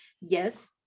Yes